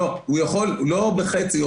לא בחצי.